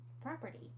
property